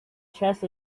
chest